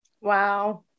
wow